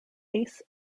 ace